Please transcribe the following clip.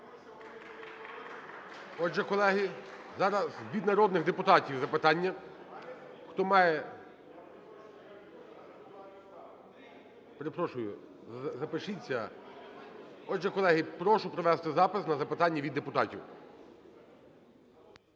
Отже, колеги, зараз від народних депутатів запитання. Хто має… Перепрошую, запишіться. Отже, колеги, прошу провести запис на запитання від депутатів.